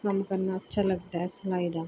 ਕੰਮ ਕਰਨਾ ਅੱਛਾ ਲੱਗਦਾ ਹੈ ਸਿਲਾਈ ਦਾ